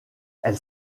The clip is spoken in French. elle